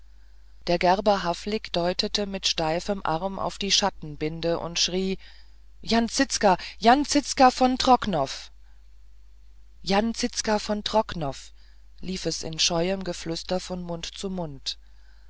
der gerber havlik deutete mit steifem arm auf die schattenbinde und schrie jan zizka jan zizka von trocnov jan zizka von trocnov lief es in scheuem geflüster von mund zu mund